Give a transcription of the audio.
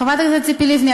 חברת הכנסת ציפי לבני,